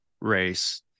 race